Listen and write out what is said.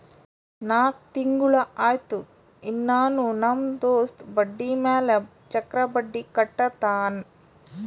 ನಾಕ್ ತಿಂಗುಳ ಆಯ್ತು ಇನ್ನಾನೂ ನಮ್ ದೋಸ್ತ ಬಡ್ಡಿ ಮ್ಯಾಲ ಚಕ್ರ ಬಡ್ಡಿ ಕಟ್ಟತಾನ್